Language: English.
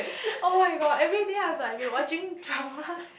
[oh]-my-god everyday I'll be like be watching dramas